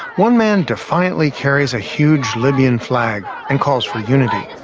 one man defiantly carries a huge libyan flag and calls for unity.